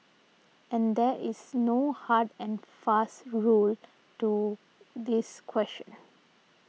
and there is no hard and fast rule to this question